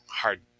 hard